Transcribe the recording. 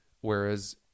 Whereas